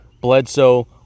Bledsoe